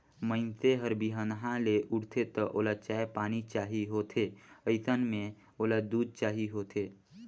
मइनसे हर बिहनहा ले उठथे त ओला चाय पानी चाही होथे अइसन म ओला दूद चाही होथे